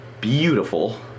Beautiful